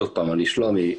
שוב פעם, אני שלומי,